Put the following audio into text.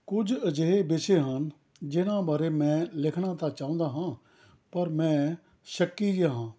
ਕੁਝ ਅਜਿਹੇ ਵਿਸ਼ੇ ਹਨ ਜਿਹਨਾਂ ਬਾਰੇ ਮੈਂ ਲਿਖਣਾ ਤਾਂ ਚਾਹੁੰਦਾ ਹਾਂ ਪਰ ਮੈਂ ਸ਼ੱਕੀ ਜਿਹਾ ਹਾਂ